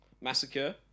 massacre